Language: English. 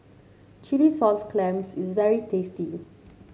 Chilli Sauce Clams is very tasty